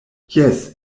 jes